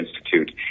institute